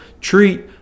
treat